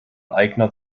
eigner